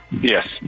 Yes